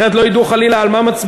אחרת לא ידעו חלילה על מה מצביעים.